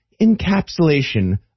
encapsulation